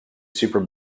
super